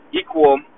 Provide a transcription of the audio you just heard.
equal